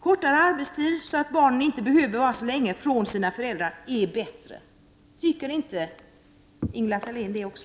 Kortare arbetstid, så att barnen inte behöver vara borta så länge från sina föräldrar, är bättre. Tycker inte Ingela Thalén det också?